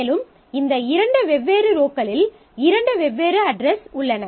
மேலும் இந்த இரண்டு வெவ்வேறு ரோக்களில் இரண்டு வெவ்வேறு அட்ரஸ் உள்ளன